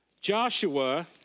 Joshua